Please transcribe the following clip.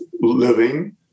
living